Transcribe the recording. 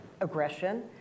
aggression